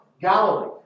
Galilee